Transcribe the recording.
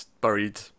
buried